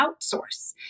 outsource